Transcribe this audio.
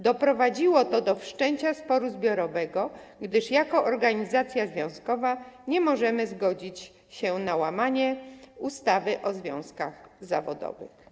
Doprowadziło to do wszczęcia sporu zbiorowego, gdyż jako organizacja związkowa nie możemy zgodzić się na łamanie ustawy o związkach zawodowych.